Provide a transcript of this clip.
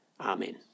Amen